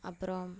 அப்புறம்